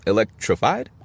Electrified